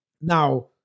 Now